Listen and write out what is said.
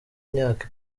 imyaka